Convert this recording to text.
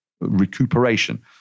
recuperation